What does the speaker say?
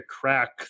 crack